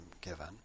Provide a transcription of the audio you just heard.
given